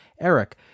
Eric